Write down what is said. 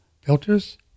filters